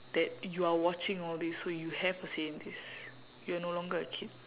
that you are watching all these so you have a say in this you are no longer a kid